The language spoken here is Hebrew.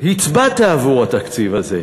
הצבעת עבור התקציב הזה.